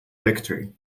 victory